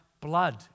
blood